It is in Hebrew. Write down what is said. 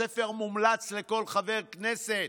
הספר מומלץ לכל חבר כנסת,